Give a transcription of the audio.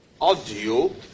audio